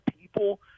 people